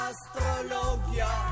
Astrologia